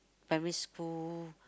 primary school